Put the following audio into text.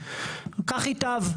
כך ייטב.